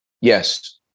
Yes